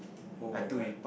oh-my-god